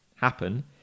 happen